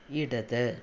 ഇടത്